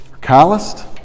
calloused